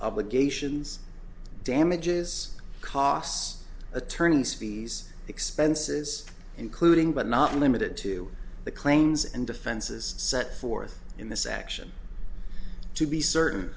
obligations damages costs attorneys fees expenses including but not limited to the claims and defenses set forth in this action to be certain